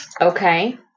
Okay